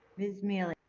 ms. miele?